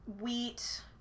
Wheat